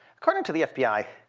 according to the fbi,